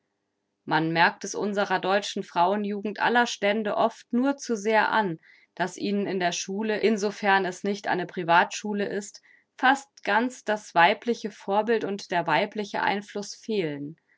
man merkt es unserer deutschen frauenjugend aller stände oft nur zu sehr an daß ihnen in der schule insofern es nicht eine privatschule ist fast ganz das weibliche vorbild und der weibliche einfluß fehlen